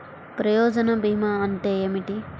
ప్రయోజన భీమా అంటే ఏమిటి?